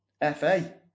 FA